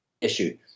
issue